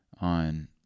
on